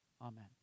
amen